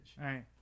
Right